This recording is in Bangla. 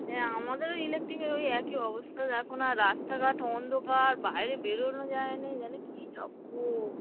হ্যাঁ আমাদেরও ইলেকট্রিকের ওই একই অবস্থা দেখো না রাস্তাঘাট অন্ধকার বাইরে বেরোনো যায় নে যেন কি রকম